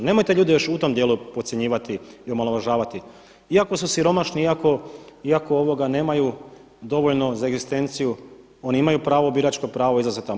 Nemojte ljude još u tom dijelu podcjenjivati i omalovažavati, iako su siromašni, iako nemaju dovoljno za egzistenciju oni imaju pravo biračko pravo izlaziti tamo.